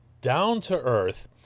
down-to-earth